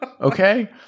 Okay